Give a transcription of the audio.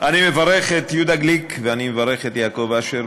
אני מברך את יהודה גליק ואני מברך את יעקב אשר,